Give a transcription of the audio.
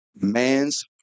man's